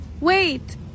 Wait